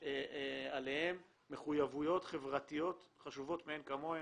עליהם מחויבויות חברתיות חשובות מאין כמוהן.